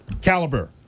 caliber